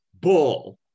bull